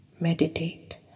Meditate